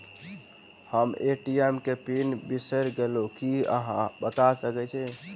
हम ए.टी.एम केँ पिन बिसईर गेलू की अहाँ बता सकैत छी?